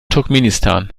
turkmenistan